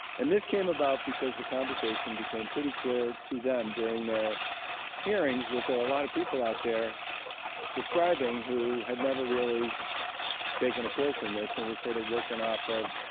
and this came about because the conversation became pretty clear to them during their hearings that there are a lot of people out there prescribing who had never really taken a course in this and were sort of working off of